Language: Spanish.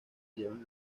llevan